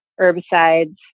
herbicides